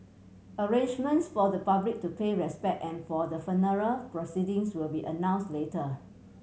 arrangements for the public to pay respect and for the funeral proceedings will be announced later